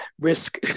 risk